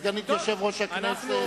סגנית יושב-ראש הכנסת,